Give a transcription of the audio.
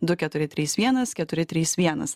du keturi trys vienas keturi trys vienas